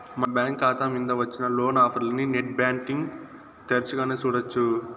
మన బ్యాంకు కాతా మింద వచ్చిన లోను ఆఫర్లనీ నెట్ బ్యాంటింగ్ తెరచగానే సూడొచ్చు